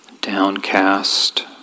downcast